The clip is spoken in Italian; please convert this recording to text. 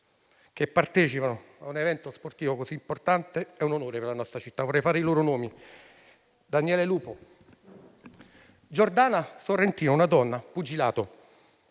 che partecipano ad un evento sportivo così importante è un onore per la nostra città. Vorrei fare i loro nomi: Daniele Lupo, Giordana Sorrentino - una donna - per il